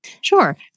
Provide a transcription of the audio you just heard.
Sure